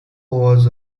was